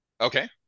Okay